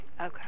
Okay